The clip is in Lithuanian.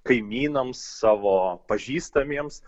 kaimynams savo pažįstamiems